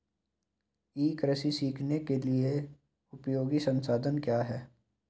ई कृषि सीखने के लिए उपयोगी संसाधन क्या हैं?